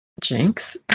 Jinx